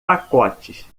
pacotes